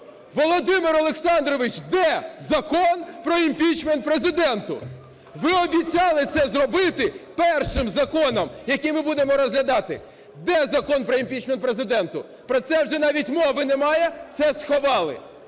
Володимир Олександрович, де Закон про імпічмент Президенту? Ви обіцяли це зробити першим законом, який ми будемо розглядати. Де Закон про імпічмент Президенту? Про це вже навіть мови немає, це сховали.